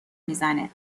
میزنه